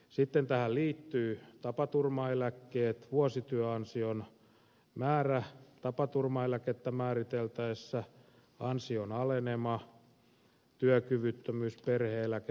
sitten tähän liittyy tapaturmaeläkkeet vuosityöansion määrä tapaturmaeläkettä määriteltäessä ansionalenema työkyvyttömyys perhe eläke vanhuudenturva